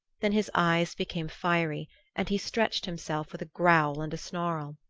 then his eyes became fiery and he stretched himself with a growl and a snarl.